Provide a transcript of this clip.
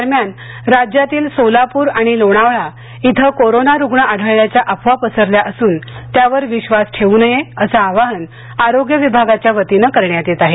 दरम्यान राज्यातील सोलापूर आणि लोणावळा येथे करोना रुग्ण आढळल्याच्या अफवा पसरल्या असून त्यावर विश्वास ठेवू नयेअसे आवाहन आरोग्य विभागाच्या वतीनं करण्यात येत आहे